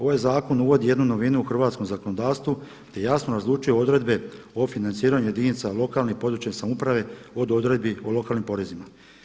Ovaj zakon uvodi jednu novinu u hrvatskom zakonodavstvu, te jasno razlučuje odredbe o financiranju jedinica lokalne i područne samouprave od odredbi o lokalnim porezima.